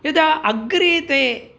यदा अग्रे ते